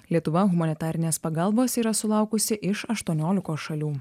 lietuva humanitarinės pagalbos yra sulaukusi iš aštuoniolikos šalių